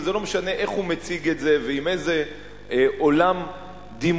וזה לא משנה איך הוא מציג את זה ועם איזה עולם דימויים,